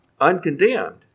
uncondemned